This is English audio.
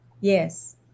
yes